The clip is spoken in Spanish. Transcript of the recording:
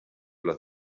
los